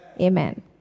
Amen